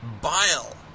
bile